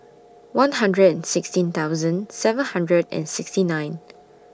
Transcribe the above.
one hundred and sixteen thousand seven hundred and sixty nine